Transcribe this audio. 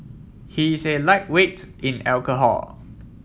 he is a lightweight in alcohol